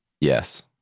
Yes